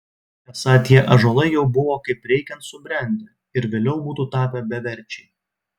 esą tie ąžuolai jau buvo kaip reikiant subrendę ir vėliau būtų tapę beverčiai